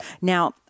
Now